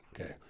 Okay